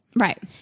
Right